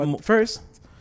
first